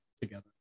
together